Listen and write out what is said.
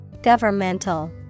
Governmental